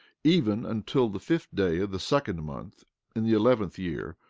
even until the fifth day of the second month in the eleventh year,